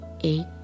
eight